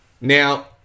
Now